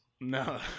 no